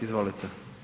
Izvolite.